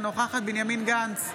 אינה נוכחת בנימין גנץ,